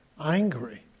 angry